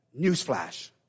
Newsflash